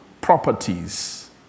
properties